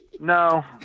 No